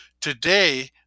Today